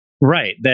Right